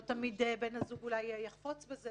לא תמיד בן הזוג אולי יחפוץ בזה.